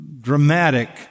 dramatic